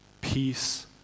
Peace